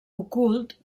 ocult